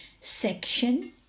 section